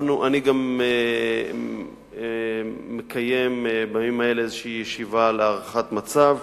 אני גם מקיים בימים האלה איזו ישיבה להערכת מצב.